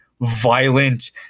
violent